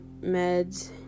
meds